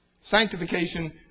sanctification